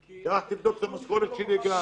מה שאתה עושה, אם אתה רוצה לפתוח את זה, אפשר,